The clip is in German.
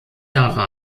jahre